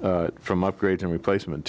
upgrades and replacement